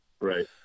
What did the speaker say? right